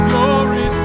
Glory